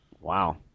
Wow